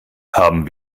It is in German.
haben